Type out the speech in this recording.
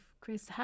Chris